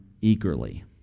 eagerly